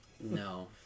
No